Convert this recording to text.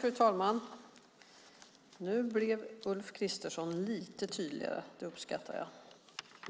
Fru talman! Nu blev Ulf Kristersson lite tydligare. Det uppskattar jag.